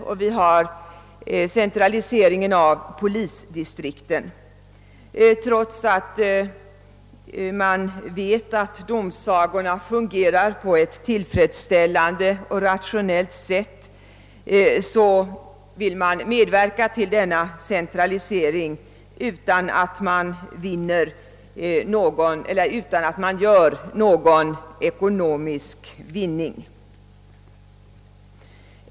Vidare skall polisdistrikten centraliseras. Trots att man vet att domsagorna nu fungerar tillfredsställande och är rationella vill man genomföra en centralisering som inte innebär någon ekonomisk vinning.